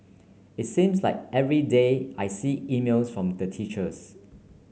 it seems like every day I see emails from the teachers